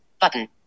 Button